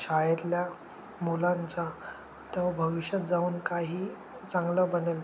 शाळेतल्या मुलांचा तेव्हा भविष्यात जाऊन काही चांगलं बनेल